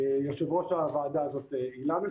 יושב-ראש הוועדה הזאת היא אילנה,